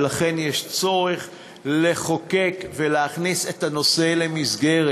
ולכן יש צורך לחוקק ולהכניס את הנושא למסגרת.